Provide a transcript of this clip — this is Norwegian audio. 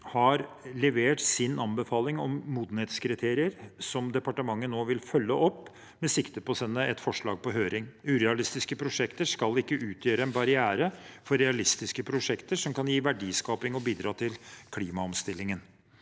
har le vert sin anbefaling om modenhetskriterier som departementet nå vil følge opp, med sikte på å sende et forslag på høring. Urealistiske prosjekter skal ikke utgjøre en barriere for realistiske prosjekter som kan gi verdiskaping og bidra til klimaomstillingen.